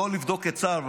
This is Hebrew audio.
לא לבדוק את צה"ל,